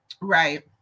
Right